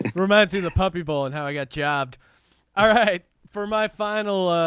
romancing the puppy bowl and how i got jobbed all right for my final.